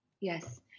Yes